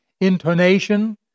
intonation